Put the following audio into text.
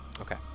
Okay